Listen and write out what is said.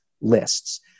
lists